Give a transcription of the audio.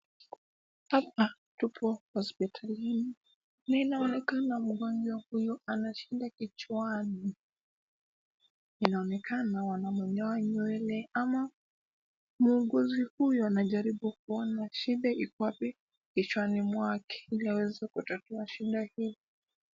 Hapa tupo hospitalini ,na inaonekana mgonjwa huyu ana shida kichwani ,inaonekana wanamnyoa nywele ama muuguzi huyu anajaribu kuona shida ipo wapi kichwani mwake, ili aweze kutatua shida hii.